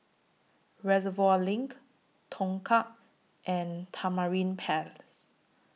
Reservoir LINK Tongkang and Tamarind Palace